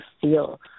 feel